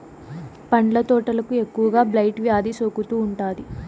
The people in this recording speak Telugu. పండ్ల తోటలకు ఎక్కువగా బ్లైట్ వ్యాధి సోకుతూ ఉంటాది